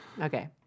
Okay